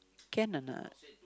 can or not